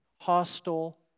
hostile